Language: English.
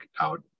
out